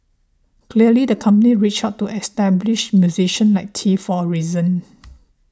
clearly the company reached out to established musicians like Tee for a reason